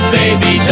baby